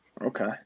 Okay